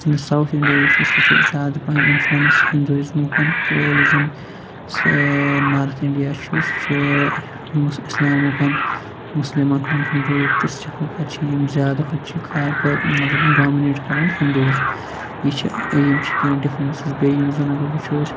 south India یُس چھُ سُہ چھُ زیادٕ پَہَنۍ اِنفٕلنٕس ہِندُویزمُک تہٕ یُس زَن نارٕتھ اِنڑیا چھُ سُہ چھُ مُس اِسلامُک مُسلِمَن ہُنٛد ہِندُوُک تہٕ سِکھُک چھِ یِم زیادٕ ہُتہِ چھِ مَطلَب ڈامِنیٹ کَران ہِندوٗز یہِ چھ یِم چھِ کینٛہہ ڈِفرَنسِز بیٚیہِ یِم زَن اَگَر وٕچھو أسۍ